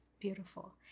Beautiful